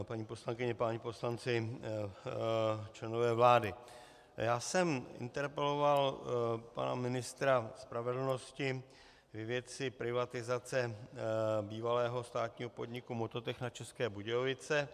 Paní poslankyně, páni poslanci, členové vlády, já jsem interpeloval pana ministra spravedlnosti ve věci privatizace bývalého státního podniku Mototechna České Budějovice.